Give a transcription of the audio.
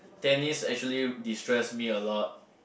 tennis actually destress me a lot